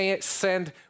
send